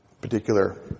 particular